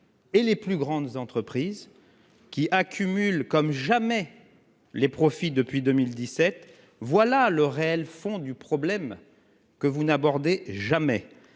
sur les plus grandes entreprises, qui accumulent comme jamais les profits depuis 2017. Voilà le fond du problème, et vous ne l'abordez jamais